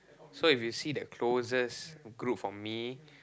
so if you see the closest group for me